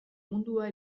mundua